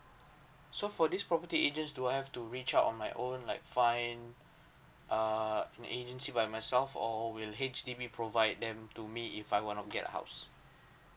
so for this property agent do I have to reach out on my own like find err my agency by myself or will H_D_B provide them to me if I want of get a house